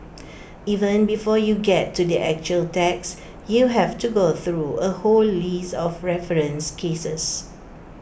even before you get to the actual text you have to go through A whole list of referenced cases